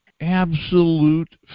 absolute